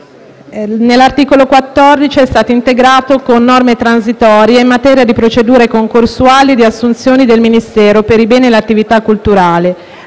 L'articolo 14 è stato integrato con norme transitorie in materia di procedure concorsuali e di assunzioni del Ministero per i beni e le attività culturali